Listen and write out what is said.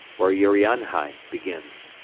where urianhai begins.